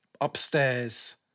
upstairs